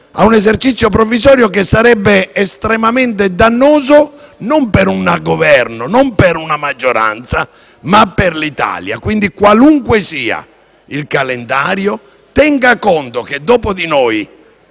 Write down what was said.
a un esercizio provvisorio che sarebbe estremamente dannoso, non per un Governo o per una maggioranza, ma per l'Italia. Qualunque sia il calendario, quindi, si tenga conto che dopo di noi